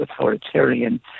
authoritarian